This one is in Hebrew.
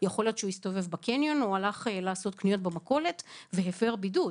יכול להיות שהוא הסתובב בקניון או הלך לעשות קניות במכולת והפר בידוד.